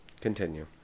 Continue